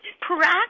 practice